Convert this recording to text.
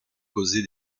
causer